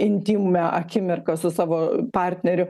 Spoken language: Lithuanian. intymią akimirką su savo partneriu